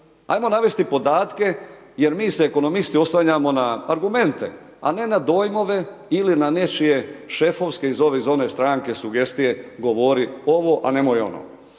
Ajmo navesti podatke, jer mi se ekonomisti oslanjamo na argumente a ne na dojmove, ili na nečije šefovske iz ove ili one stranke, sugestije, govori ovo a nemoj ono.